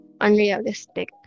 unrealistic